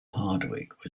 hardwick